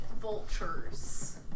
vultures